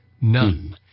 none